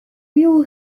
you